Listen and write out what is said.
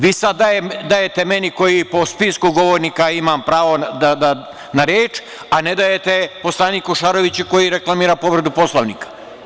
Vi sada dajete meni koji po spisku govornika imam pravo na reč, a ne dajete poslaniku Šaroviću koji reklamira povredu Poslovnika.